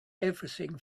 everything